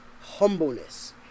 humbleness